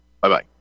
Bye-bye